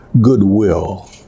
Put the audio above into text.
goodwill